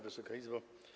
Wysoka Izbo!